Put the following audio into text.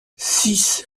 six